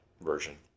version